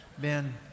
Ben